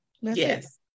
Yes